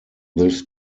this